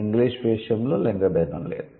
English విషయంలో లింగ భేదం లేదు